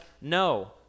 no